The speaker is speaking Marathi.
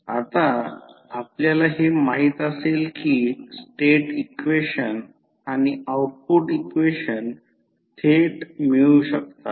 आता आपल्याला हे माहित असेल की स्टेट इक्वेशन आणि आउटपुट इक्वेशन थेट मिळू शकतात